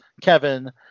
Kevin